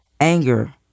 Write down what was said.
anger